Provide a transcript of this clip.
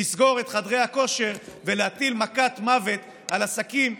לסגור את חדרי הכושר ולהטיל מכת מוות על עסקים,